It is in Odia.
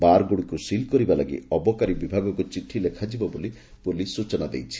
ବାରଗୁଡିକୁ ସିଲ୍ କରିବା ଲାଗି ଅବକାରୀ ବିଭାଗକୁ ଚିଠି ଲେଖାଯିବ ବୋଲି ପୁଲିସ ସ୍ଚନା ଦେଇଛି